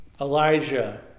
Elijah